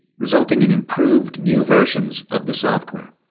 resulting in improved new versions of the software.